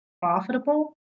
profitable